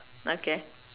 okay